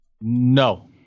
No